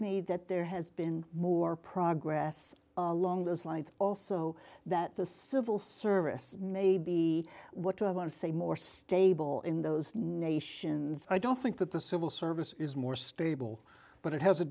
me that there has been more progress along those lines also that the civil service may be what i want to say more stable in those nations i don't think that the civil service is more stable but it has a